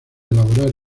elaborar